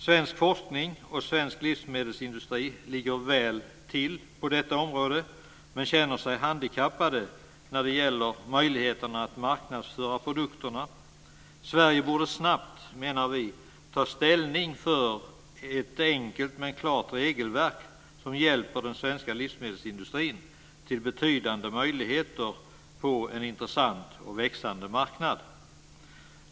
Svensk forskning och svensk livsmedelsindustri ligger väl till på detta område, men man känner sig handikappad när det gäller möjligheten att marknadsföra produkterna. Sverige borde snabbt, menar vi, ta ställning för ett enkelt men klart regelverk som hjälper den svenska livsmedelsindustrin till betydande möjligheter på en intressant och växande marknad.